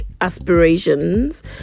aspirations